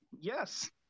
Yes